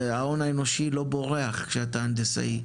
וההון האנושי לא בורח כשאתה הנדסאי,